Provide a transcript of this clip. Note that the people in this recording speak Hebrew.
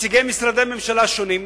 מנציגי משרדי ממשלה שונים,